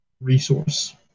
resource